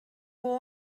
who